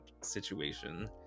situation